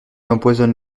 empoisonne